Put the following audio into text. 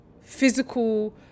physical